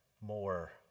more